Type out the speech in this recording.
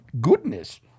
goodness